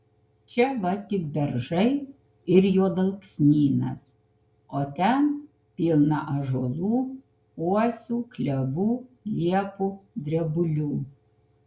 čia va tik beržai ir juodalksnynas o ten pilna ąžuolų uosių klevų liepų drebulių